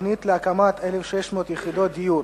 התוכנית להקמת 1,600 יחידות דיור